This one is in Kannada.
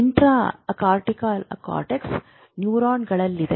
intra cortical cortex ನ್ಯೂರಾನ್ಗಳಲ್ಲಿದೆ